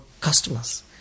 customers